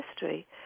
history